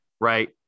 right